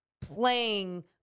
playing